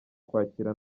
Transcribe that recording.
kwakirwa